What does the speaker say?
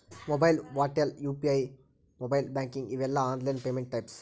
mobile wallet UPI mobile banking ಇವೆಲ್ಲ online payment types